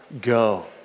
go